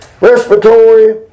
respiratory